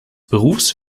berufs